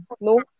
No